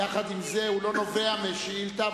עם זה הוא לא נובע מהשאילתא.